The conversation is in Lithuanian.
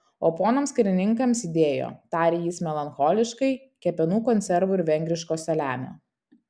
o ponams karininkams įdėjo tarė jis melancholiškai kepenų konservų ir vengriško saliamio